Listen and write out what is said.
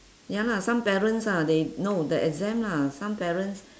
ya lah some parents lah they no the exam lah some parents